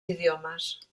idiomes